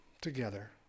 together